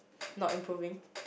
not improving